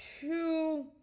two